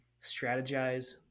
strategize